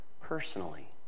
personally